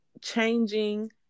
changing